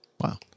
Wow